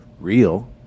real